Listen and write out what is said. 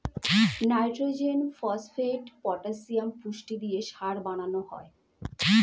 nitrogen, phosphate, potassium পুষ্টি দিয়ে সার বানানো হয়